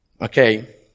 Okay